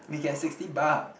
we get sixty bucks